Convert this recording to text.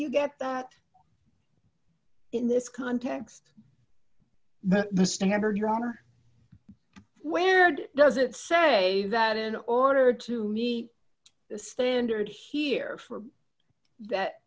you get that in this context that the standard your honor where'd does it say that in order to meet the standard here for th